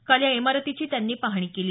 काल या इमारतीची त्यांनी पाहणी केली